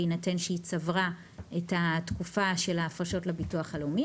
בהינתן שהיא צברה את התקופה של ההפרשות לביטוח לאומי,